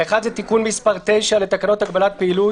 האחד, תיקון מס' 9 לתקנות הגבלת פעילות,